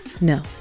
no